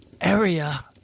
area